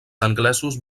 anglesos